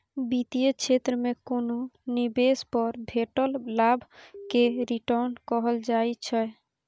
बित्तीय क्षेत्र मे कोनो निबेश पर भेटल लाभ केँ रिटर्न कहल जाइ छै